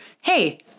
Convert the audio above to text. Hey